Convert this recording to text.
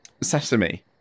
Sesame